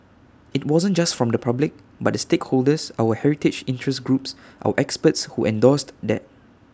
IT wasn't just from the public but the stakeholders our heritage interest groups our experts who endorsed that